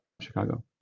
Chicago